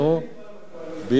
שאת,